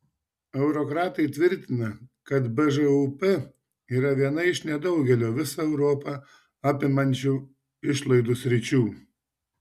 eurokratai tvirtina kad bžūp yra viena iš nedaugelio visą europą apimančių išlaidų sričių